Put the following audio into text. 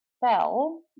fell